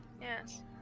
Yes